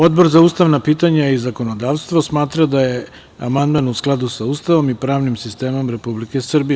Odbor za ustavna pitanja i zakonodavstvo smatra da je amandman u skladu sa Ustavom i pravnim sistemom Republike Srbije.